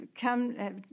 come